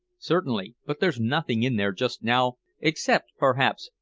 certainly. but there's nothing in there just now except, perhaps,